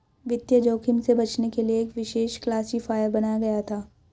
वित्तीय जोखिम से बचने के लिए एक विशेष क्लासिफ़ायर बनाया गया था